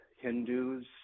Hindus